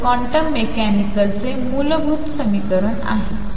तर हे क्वांटम मेकॅनिकचे मूलभूत समीकरण आहे